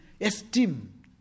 esteem